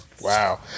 Wow